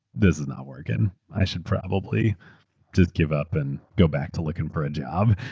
this is not working i should probably just give up and go back to looking for a job,